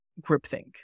groupthink